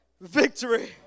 victory